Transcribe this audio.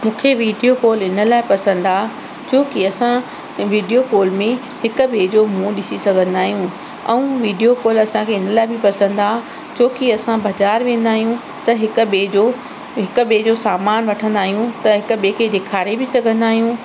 मूंखे video call इन लाइ पसंदि आहे छोकी असां वीडियो कॉल में हिकु ॿ जो मुंहुं ॾिसी सघंदा आहियूं ऐं वीडियो कॉल असांखे इन लाइ बि पसंदि आहे जोकि असां बाज़ारि वेंदा आहियूं त हिक ॿिए जो सामान वठंदा आहियूं त हिक ॿिए खे ॾेखारे बि सघंदा आहियूं